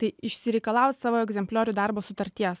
tai išsireikalaut savo egzempliorių darbo sutarties